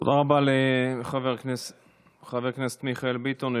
תודה רבה לחבר הכנסת מיכאל ביטון,